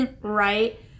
Right